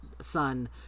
son